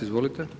Izvolite.